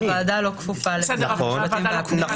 אבל הוועדה לא כפופה למשרדי המשפטים והפנים.